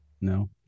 no